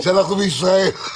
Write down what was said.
מ-2010,